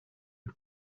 but